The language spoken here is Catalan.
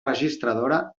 registradora